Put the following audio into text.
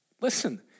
Listen